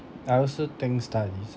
I also think studies